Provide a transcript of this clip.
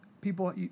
people